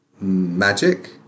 magic